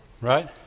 Right